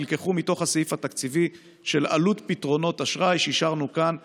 נלקחו מתוך הסעיף התקציבי של עלות פתרונות אשראי שאישרנו כאן בחוק-יסוד: